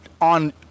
on